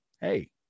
hey